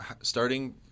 starting